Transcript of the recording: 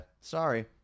sorry